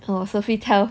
orh sofitel